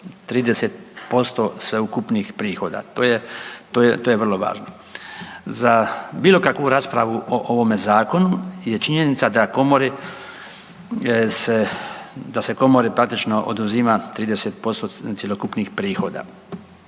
30% sveukupnih prihoda. To je vrlo važno. Za bilo kakvu raspravu o ovome Zakonu je činjenica da Komori se, da se Komori praktično oduzima 30% cjelokupnih prihoda.